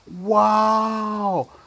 Wow